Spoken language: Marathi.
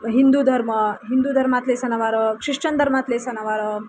हिंदू धर्म हिंदू धर्मातले सणवार ख्रिश्चन धर्मातले सणवार